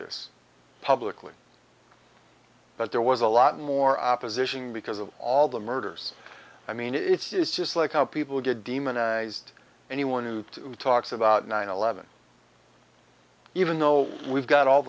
this publicly but there was a lot more opposition because of all the murders i mean it's just like how people get demonized anyone who talks about nine eleven even though we've got all